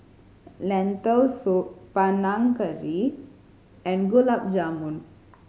Lentil Soup Panang Curry and Gulab Jamun